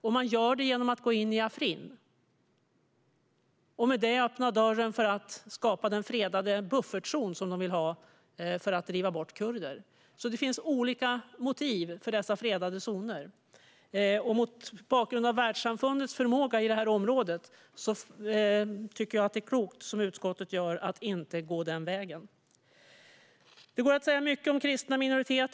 De gör det genom att gå in i Afrin och därmed öppna dörren för att skapa den fredade buffertzon som de vill ha för att driva bort kurder. Det finns alltså olika motiv för dessa fredade zoner. Mot bakgrund av världssamfundets förmåga i detta område tycker jag att det är klokt att göra som utskottet och inte gå den vägen. Det går att säga mycket om kristna minoriteter.